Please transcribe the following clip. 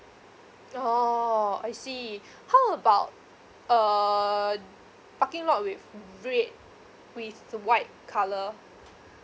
oh I see how about uh parking lot with red with white colour